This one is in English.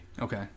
Okay